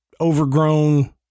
overgrown